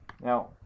Now